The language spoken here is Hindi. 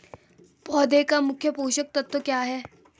पौधें का मुख्य पोषक तत्व क्या है?